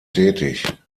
tätig